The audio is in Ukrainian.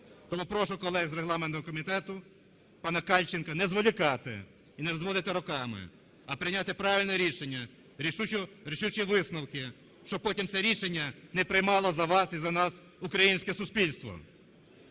Тому прошу колег з регламентного комітету, пана Кальченка не зволікати і не розводити руками, а прийняти правильне рішення, рішучі висновки, щоб потім це рішення не приймало за вас і за нас українське суспільство.